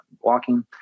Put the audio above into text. walking